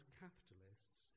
capitalists